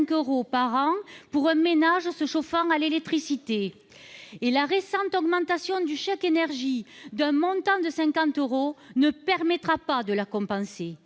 euros par an pour un ménage qui se chauffe à l'électricité, une hausse que la récente augmentation du chèque énergie, d'un montant de 50 euros, ne permettra pas de compenser.